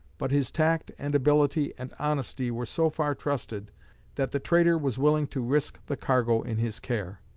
but his tact and ability and honesty were so far trusted that the trader was willing to risk the cargo in his care.